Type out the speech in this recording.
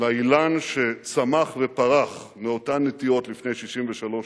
לאילן שצמח ופרח מאותן נטיעות לפני 63 שנים.